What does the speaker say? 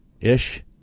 Ish